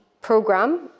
program